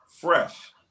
fresh